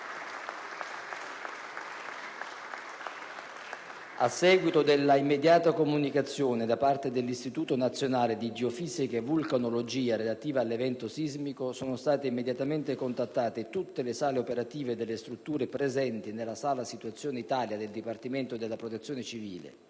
A seguito dell'immediata comunicazione da parte dell'Istituto nazionale di geofisica e vulcanologia relativo all'evento sismico sono state immediatamente contattate tutte le sale operative delle strutture presenti nella sala situazione Italia del Dipartimento della protezione civile